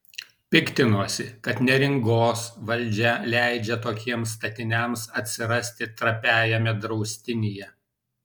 piktinosi kad neringos valdžia leidžia tokiems statiniams atsirasti trapiajame draustinyje